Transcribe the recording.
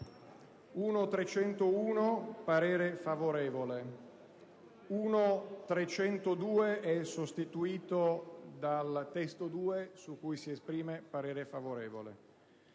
1.301. L'emendamento 1.302 è sostituito dal testo 2, su cui si esprime parere favorevole.